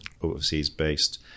overseas-based